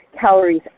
calories